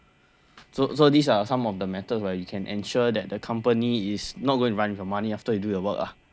so so these are some of the matters that you can ensure that the company is not going to run with your money after you do your work ah